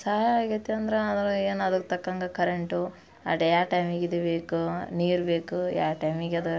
ಸಹಾಯ ಆಗೈತಿ ಅಂದ್ರೆ ಅದರ ಏನು ಅದಕ್ಕೆ ತಕ್ಕಂಗೆ ಕರೆಂಟೂ ಅಡ್ ಯಾವ ಟೈಮಿಗೆ ಇದು ಬೇಕು ನೀರು ಬೇಕು ಯಾವ ಟೈಮಿಗೆ ಅದು